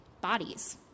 bodies